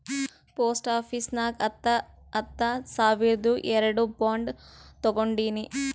post office ನಾಗ್ ಹತ್ತ ಹತ್ತ ಸಾವಿರ್ದು ಎರಡು ಬಾಂಡ್ ತೊಗೊಂಡೀನಿ